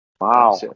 Wow